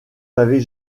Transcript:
n’avez